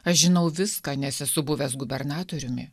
aš žinau viską nes esu buvęs gubernatoriumi